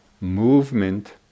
movement